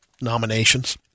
nominations